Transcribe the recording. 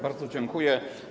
Bardzo dziękuję.